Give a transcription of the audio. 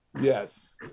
yes